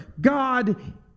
God